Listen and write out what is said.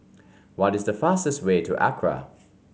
what is the fastest way to Accra